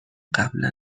قبلا